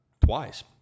twice